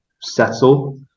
settle